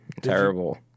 Terrible